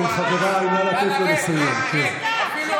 יאללה, רד, אפילו